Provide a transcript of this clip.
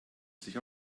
sich